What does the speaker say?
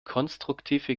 konstruktive